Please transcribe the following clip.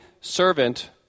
servant